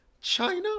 China